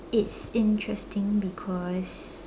it's interesting because